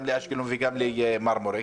גם לאשקלון וגם למרמורק,